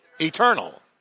Eternal